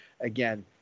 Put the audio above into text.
again